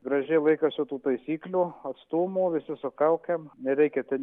gražiai laikosi tų taisyklių atstumų visi su kaukėm nereikia ten